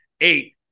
eight